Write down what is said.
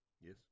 Yes